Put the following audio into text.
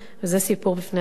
וזה סיפור בפני עצמו.